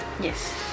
yes